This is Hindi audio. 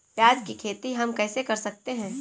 प्याज की खेती हम कैसे कर सकते हैं?